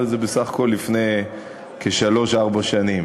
אבל זה היה בסך הכול לפני שלוש-ארבע שנים.